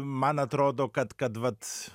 man atrodo kad kad vat